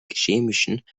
chemischen